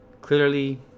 Clearly